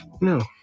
No